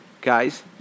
guys